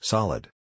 Solid